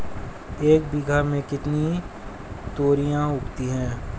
एक बीघा में कितनी तोरियां उगती हैं?